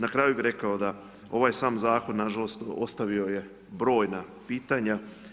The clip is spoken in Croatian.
Na kraju bih rekao da ovaj sam Zakon, nažalost, ostavio je brojna pitanja.